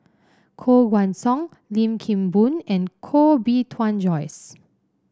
Koh Guan Song Lim Kim Boon and Koh Bee Tuan Joyce